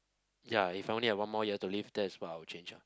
ya if I only had one more year to live that's what I would change lah